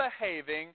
behaving